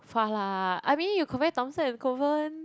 far lah I mean you compare Thomson and Kovan